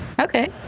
okay